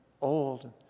old